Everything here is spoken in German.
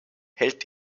hält